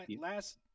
last